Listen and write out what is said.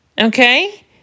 okay